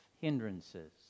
hindrances